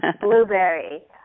blueberry